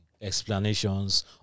explanations